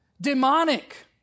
Demonic